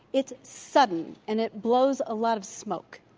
it's sudden. and it blows a lot of smoke.